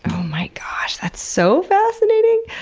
oh my gosh, that's so fascinating!